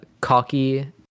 cocky